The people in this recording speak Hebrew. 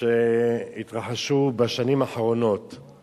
שהתרחשו בשנים האחרונות הם